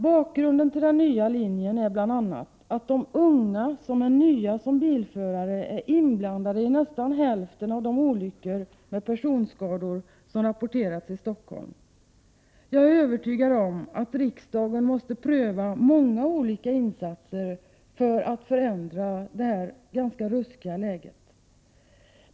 Bakgrunden till den nya linjen är att bl.a. att de unga, som är nya som bilförare, är inblandade i nästan hälften av de olyckor med personskador som rapporteras i Stockholm. Jag är övertygad om att riksdagen måste pröva många olika förslag till insatser för att förändra det här, ganska ruskiga läget.